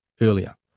earlier